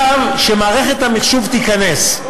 כשמערכת המחשוב תיכנס,